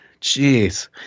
Jeez